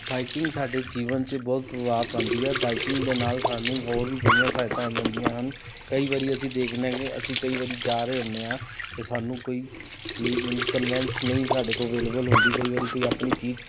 biking ਸਾਡੇ ਜੀਵਨ 'ਚ ਬਹੁਤ ਪ੍ਰਭਾਵ ਪਾਉਂਦੀ ਆ ਬਾਈਕਿੰਗ ਦੇ ਨਾਲ ਸਾਨੂੰ ਹੋਰ ਵੀ ਬੜੀਆਂ ਸਹਾਇਤਾਂ ਹੋ ਜਾਂਦੀਆਂ ਹਨ ਕਈ ਵਾਰੀ ਅਸੀਂ ਦੇਖਦੇ ਹਾਂ ਕਿ ਅਸੀਂ ਕਈ ਵਾਰੀ ਜਾ ਰਹੇ ਹੁੰਦੇ ਹਾਂ ਅਤੇ ਸਾਨੂੰ ਕੋਈ ਵੀ ਵਿਨ ਕਨਵੈਂਸ ਨਹੀਂ ਸਾਡੇ ਕੋਲ ਅਵੇਲੇਬਲ ਹੁੰਦੀ ਕਈ ਵਾਰੀ ਕੋਈ ਆਪਣੀ ਚੀਜ਼